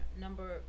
number